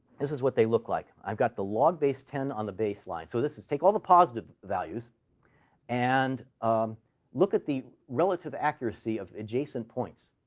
this is what they look like. i've got the log base ten on the baseline. so this is take all the positive values and um look at the relative accuracy of adjacent points.